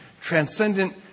transcendent